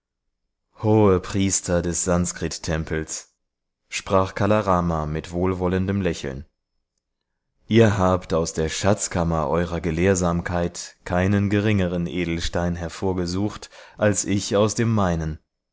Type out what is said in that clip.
hohepriester des sanskrittempels sprach kala rama mit wohlwollendem lächeln ihr habt aus der schatzkammer eurer gelehrsamkeit keinen geringeren edelstein hervorgesucht als ich aus dem meinen